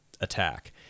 attack